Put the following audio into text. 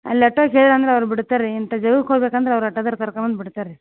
ಅಲ್ಲಿ ಅಟೋಗೆ ಹೇಳಂದ್ರೆ ಅವ್ರೆ ಬಿಡ್ತಾರೆ ರೀ ಇಂತ ಜಾಗಕ್ಕೆ ಹೋಗ್ಬೇಕಂದರೆ ಅವ್ರೆ ಆಟೋದವ್ರು ಕರ್ಕ ಬಂದು ಬಿಡ್ತಾರೆ ರೀ